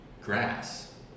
grass